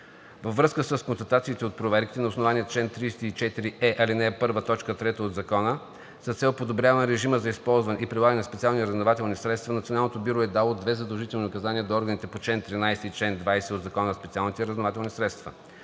Във връзка с констатациите от проверките на основание чл. 34е, ал. 1, т. 3 от Закона с цел подобряване режима за използване и прилагане на специални разузнавателни средства Националното бюро е дало две задължителни указания до органите по чл. 13 и чл. 20 от Закона за специалните разузнавателни средства.